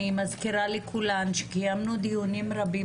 אני מזכירה לכולן שקיימנו דיונים רבים